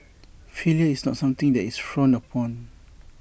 failure is not something that is frowned upon